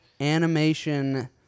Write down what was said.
animation